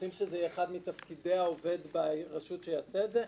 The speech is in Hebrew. רוצים שזה יהיה אחד מתפקידי העובד ברשות שיעשה את זה?